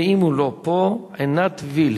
ואם הוא לא פה, עינת וילף.